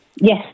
yes